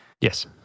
Yes